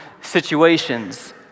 situations